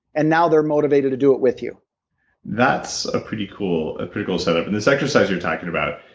and now they're motivated to do it with you that's a pretty cool ah pretty cool setup. this exercise you're talking about,